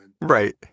right